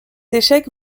échec